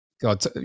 god